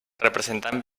representant